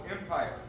Empire